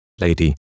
lady